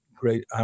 great